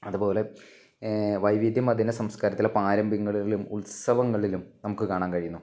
അതുപോലെ വൈവിധ്യം അധീന സംസ്കാരത്തിലെ പാരമ്പര്യങ്ങളിലും ഉത്സവങ്ങളിലും നമുക്ക് കാണാൻ കഴിയുന്നു